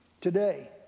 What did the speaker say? Today